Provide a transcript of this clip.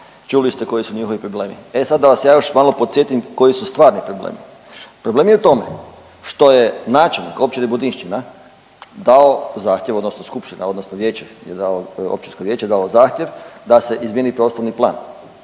čuli ste koji su njihovi problemi, e sad da vas ja još malo podsjetim koji su stvarni problemi. Problem je u tome što je načelnik Općine Budinšćina dao zahtjev odnosno skupština odnosno vijeće je dalo, Općinsko vijeće je dalo zahtjev da se izmijeni prostorni plan.